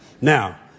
Now